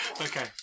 Okay